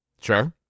Sure